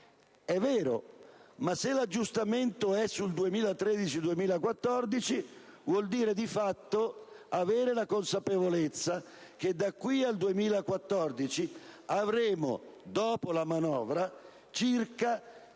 È vero. Ma se l'aggiustamento è sul 2013-2014, vuol dire avere la consapevolezza che da qui al 2014 avremo, dopo la manovra, circa